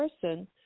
person